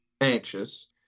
anxious